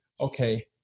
okay